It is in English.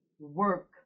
work